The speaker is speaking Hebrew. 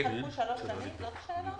אם חלפו שלוש שנים, זאת השאלה?